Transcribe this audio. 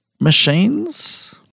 machines